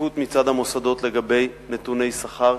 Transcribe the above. שקיפות מצד המוסדות לגבי נתוני שכר,